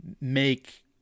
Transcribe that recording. make